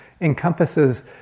encompasses